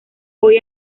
hoy